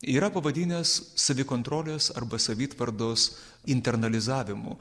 yra pavadinęs savikontrolės arba savitvardos internalizavimu